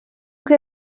que